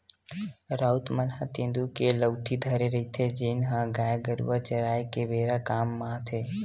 राउत मन ह तेंदू के लउठी धरे रहिथे, जेन ह गाय गरुवा चराए के बेरा काम म आथे